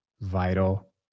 vital